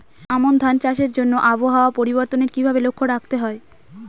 আমন ধান চাষের জন্য আবহাওয়া পরিবর্তনের কিভাবে লক্ষ্য রাখতে হয়?